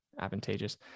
advantageous